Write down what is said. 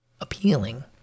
appealing